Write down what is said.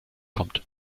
kommt